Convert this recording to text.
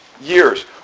years